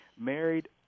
Married